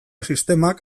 sistemak